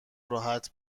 راحت